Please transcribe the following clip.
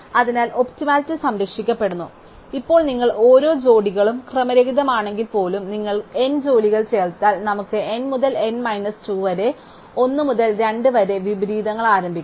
അതിനാൽ ഒപ്റ്റിമലിറ്റി സംരക്ഷിക്കപ്പെടുന്നു ഇപ്പോൾ നിങ്ങൾ ഓരോ ജോഡികളും ക്രമരഹിതമാണെങ്കിൽപ്പോലും നിങ്ങൾ n ജോലികൾ ചേർത്താൽ നമുക്ക് n മുതൽ n മൈനസ് 2 വരെ 1 മുതൽ 2 വരെ വിപരീതങ്ങൾ ആരംഭിക്കുന്നു